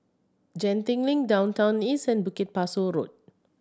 Genting Link Downtown East and Bukit Pasoh Road